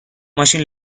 ماشین